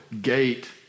gate